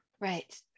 Right